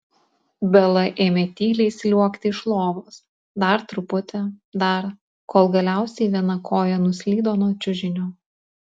bela ėmė tyliai sliuogti iš lovos dar truputį dar kol galiausiai viena koja nuslydo nuo čiužinio